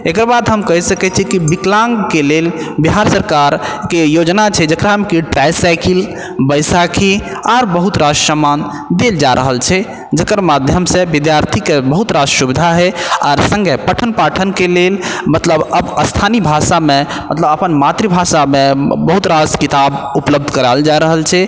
एकर बाद हम कहि सकैत छी कि विकलाङ्गके लेल बिहार सरकारके योजना छै जेकरामे कि ट्राइसाइकिल बैशाखी आर बहुत रास सामान देल जा रहल छै जेकर माध्यम से विद्यार्थीके बहुत रास सुविधा होइ आर सङ्गहेँ पठन पाठनके लेल मतलब अब स्थानीय भाषामे मतलब अपन मातृभाषामे बहुत रास किताब उपलब्ध कराएल जा रहल छै